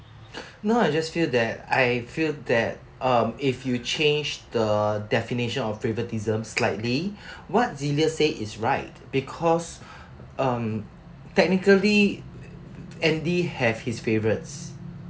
now I just feel that I feel that um if you change the definition of favouritism slightly what xenia say is right because um technically andy has his favourites